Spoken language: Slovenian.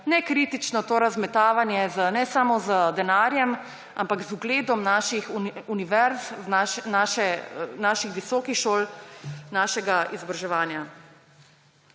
nekritično razmetavanje ne samo z denarjem, ampak z ugledom naših univerz, naših visokih šol, našega izobraževanja.